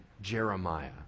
Jeremiah